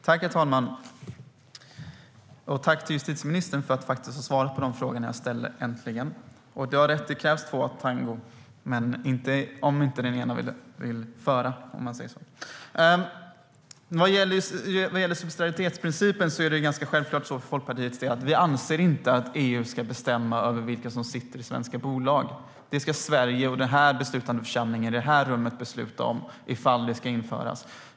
Herr talman! Jag tackar justitieministern för att han äntligen svarat på de frågor jag ställt. Han har rätt - det krävs två för en tango. Men det hjälper inte om inte den ena vill föra. Vad gäller subsidiaritetsprincipen är det för Folkpartiets del ganska självklart att vi inte anser att EU ska bestämma över vilka som sitter i svenska bolag. Om detta ska införas i Sverige är det den här beslutande församlingen som ska besluta om det i det här rummet.